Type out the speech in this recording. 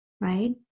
right